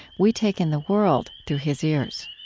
we take in the world through his ears